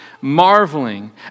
marveling